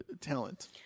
talent